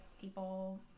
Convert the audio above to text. people